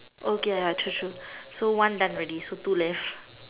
okay I trust you so one done already so two left